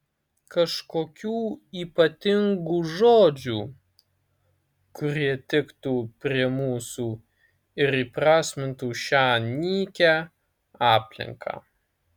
kažkokių ypatingų žodžių kurie tiktų prie mūsų ir įprasmintų šią nykią aplinką